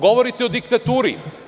Govorite o diktaturi.